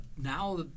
now